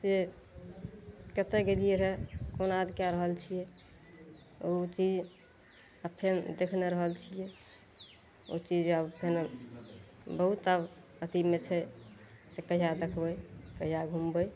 से कते गेलियै रऽ याद कए रहल छियै उ चीज आब फेन देख नहि रहल छियै ओ चीज आब फेन बहुत आब अथीमे छै से कहिया देखबय कहिया घूमबय